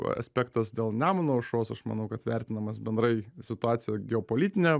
aspektas dėl nemuno aušros aš manau kad vertinamas bendrai situacija geopolitinė